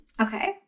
Okay